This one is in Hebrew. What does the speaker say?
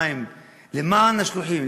בשמים למען השלוחים,